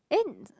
and